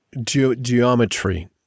geometry